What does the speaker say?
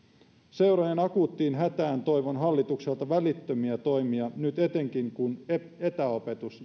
seurojen akuuttiin hätään toivon hallitukselta välittömiä toimia nyt etenkin kun etäopetus